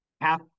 half